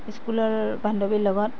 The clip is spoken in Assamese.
স্কুলৰ বান্ধৱীৰ লগত